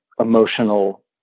emotional